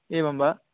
एवं वा